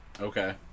Okay